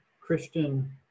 Christian